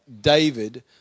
David